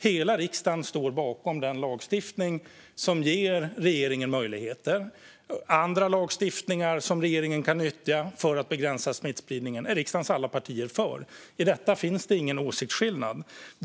Hela riksdagen står bakom den lagstiftning som ger regeringen möjligheter. Även andra lagstiftningar som regeringen kan nyttja för att begränsa smittspridningen är riksdagens alla partier för. I fråga om detta finns det ingen åsiktsskillnad. Fru talman!